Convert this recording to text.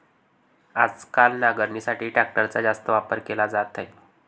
आजकाल नांगरणीसाठी ट्रॅक्टरचा जास्त वापर केला जात आहे